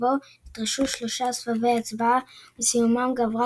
ובו נדרשו שלושה סבבי הצבעה שבסיומם גברה